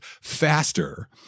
faster